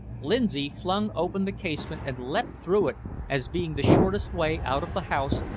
lindsay flung open the casement and leapt through it as being the shortest way out of the house,